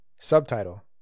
subtitle